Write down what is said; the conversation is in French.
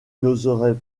n’oserais